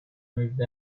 lived